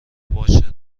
باشه